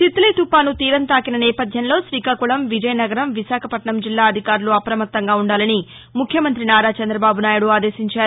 తిత్లీ తుఫాను తీరం తాకిన నేపథ్యంలో శ్రీకాకుళం విజయనగరం విశాఖపట్లణం జిల్లా అధికారులు అప్రమత్తంగా ఉండాలని ముఖ్యమంత్రి నారా చంద్రబాబు నాయుడు ఆదేశించారు